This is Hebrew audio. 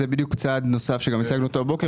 זה צעד נוסף שבדיוק הצגנו אותו הבוקר,